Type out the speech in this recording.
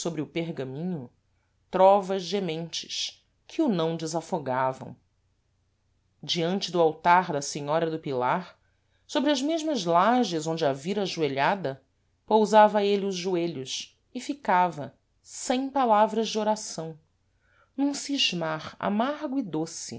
sôbre o pergaminho trovas gementes que o não desafogavam diante do altar da senhora do pilar sôbre as mesmas lages onde a vira ajoelhada pousava êle os joelhos e ficava sem palavras de oração num scismar amargo e doce